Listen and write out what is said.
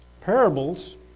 parables